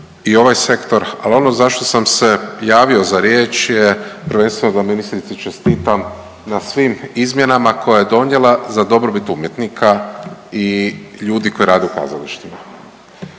i ovaj sektor, ali ono zašto sam se javio za riječ je prvenstveno da ministrici čestitam na svim izmjenama koje je donijela za dobrobit umjetnika i ljudi koji rade u kazalištima.